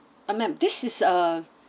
uh ma'am this is a